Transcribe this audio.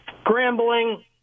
scrambling